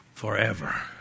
Forever